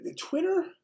Twitter